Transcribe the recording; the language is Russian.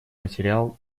материал